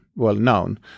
well-known